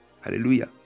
Hallelujah